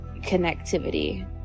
connectivity